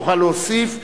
תוכל להוסיף,